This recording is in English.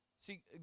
See